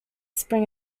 spring